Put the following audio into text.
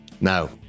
Now